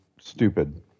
stupid